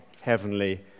heavenly